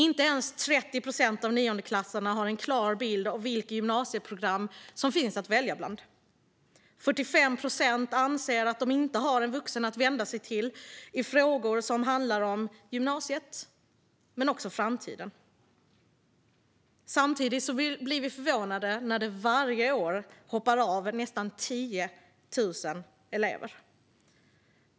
Inte ens 30 procent av niondeklassarna har en klar bild av vilka gymnasieprogram som finns att välja bland, och 45 procent anser att de inte har en vuxen att vända sig till i frågor som handlar om gymnasiet och framtiden. Samtidigt blir vi förvånade när det hoppar av nästan 10 000 elever varje år.